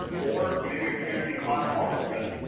or maybe you're experiencing chronic homelessness